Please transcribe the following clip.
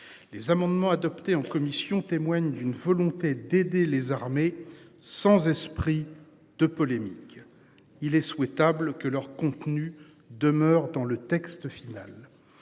Les amendements adoptés en commission témoigne d'une volonté d'aider les armées sans esprit de polémique, il est souhaitable que leur contenu demeure dans le texte final.